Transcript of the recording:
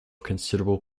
considerable